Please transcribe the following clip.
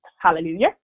Hallelujah